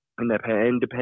independent